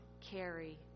carry